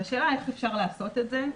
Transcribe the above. והשאלה איך אפשר לעשות את זה.